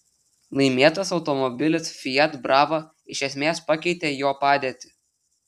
laimėtas automobilis fiat brava iš esmės pakeitė jo padėtį